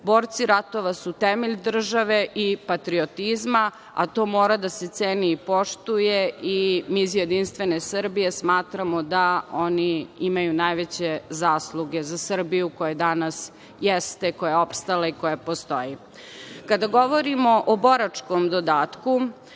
borci ratova su temelj države i patriotizma, a to mora da se ceni i poštuje. Mi iz JS smatramo da oni imaju najveće zasluge za Srbiju koja danas jeste, koja je opstala i koja postoji. Kada govorimo o boračkom dodatku,